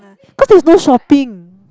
cause there's no shopping